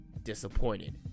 disappointed